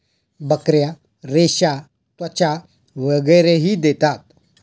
बकऱ्या रेशा, त्वचा वगैरेही देतात